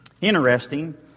Interesting